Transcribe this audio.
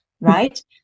right